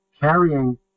carrying